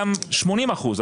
גם 80 אחוזים,